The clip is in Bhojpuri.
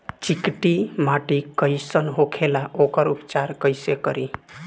चिकटि माटी कई सन होखे ला वोकर उपचार कई से करी?